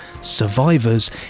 Survivors